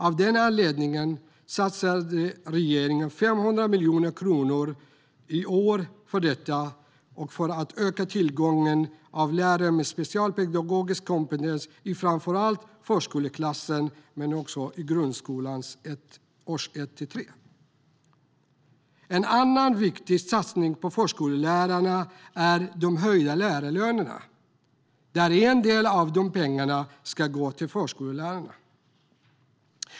Med anledning av detta satsade regeringen 500 miljoner kronor i budgeten på att öka tillgången till lärare med specialpedagogisk kompetens i framför allt förskoleklassen och grundskolans årskurs 1-3. En annan viktig satsning är de höjda lärarlönerna där en del av pengarna ska gå till förskollärarna.